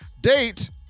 date